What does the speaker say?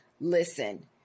listen